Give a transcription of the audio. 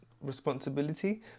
responsibility